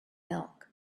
milk